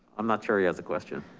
i'm not sure he has a question.